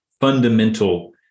fundamental